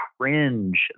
cringe